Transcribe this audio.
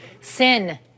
Sin